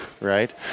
right